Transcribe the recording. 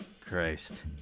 Christ